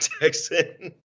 Texan